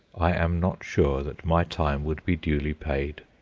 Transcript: i am not sure that my time would be duly paid.